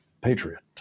patriot